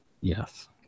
Yes